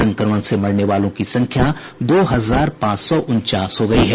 संक्रमण से मरने वालों की संख्या दो हजार पांच सौ उनचास हो गई है